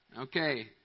Okay